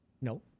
No